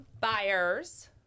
buyers